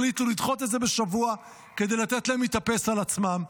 החליטו לדחות את זה בשבוע כדי לתת להם להתאפס על עצמם.